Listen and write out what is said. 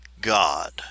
God